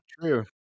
true